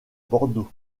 bordeaux